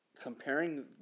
Comparing